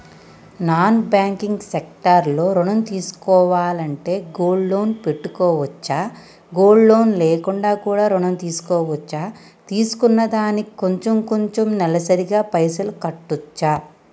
Non banking sector లో ఋణం తీసుకోవాలంటే గోల్డ్ లోన్ పెట్టుకోవచ్చా? గోల్డ్ లోన్ లేకుండా కూడా ఋణం తీసుకోవచ్చా? తీసుకున్న దానికి కొంచెం కొంచెం నెలసరి గా పైసలు కట్టొచ్చా?